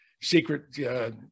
Secret